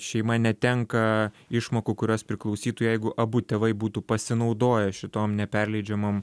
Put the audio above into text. šeima netenka išmokų kurios priklausytų jeigu abu tėvai būtų pasinaudoję šitom neperleidžiamom